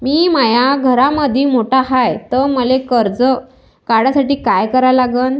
मी माया घरामंदी मोठा हाय त मले कर्ज काढासाठी काय करा लागन?